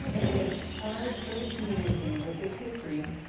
it's hard for the community, with this history,